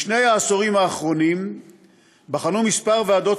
בשני העשורים האחרונים בחנו כמה ועדות